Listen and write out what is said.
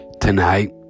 tonight